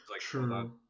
True